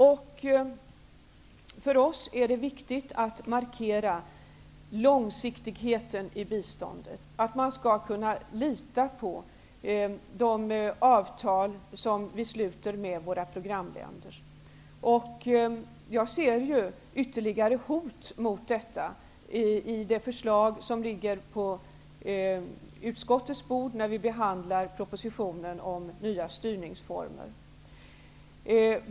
För oss socialdemokrater är det viktigt att markera långsiktigheten i biståndet. Man skall kunna lita på de avtal som vi sluter med våra programländer. Jag ser ytterligare hot mot detta i det förslag som ligger på utskottets bord när vi behandlar propositionen om nya styrningsformer.